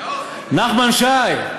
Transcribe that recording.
נחמן שי.